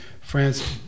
France